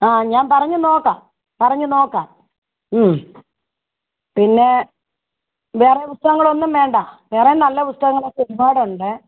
ആ ഞാൻ പറഞ്ഞ് നോക്കാം പറഞ്ഞ് നോക്കാം പിന്നെ വേറെ പുസ്തകങ്ങളൊന്നും വേണ്ട വേറെ നല്ല പുസ്തകങ്ങളൊക്കെ ഒരുപാടുണ്ട്